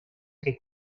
que